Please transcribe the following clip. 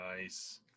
Nice